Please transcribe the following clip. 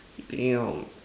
Dayum